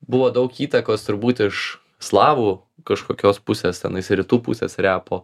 buvo daug įtakos turbūt iš slavų kažkokios pusės tenais rytų pusės repo